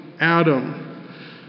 Adam